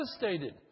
devastated